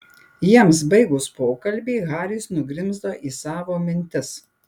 jiems baigus pokalbį haris nugrimzdo į savo mintis